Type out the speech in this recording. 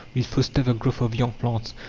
will foster the growth of young plants.